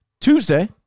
Tuesday